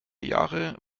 jahre